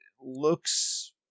looks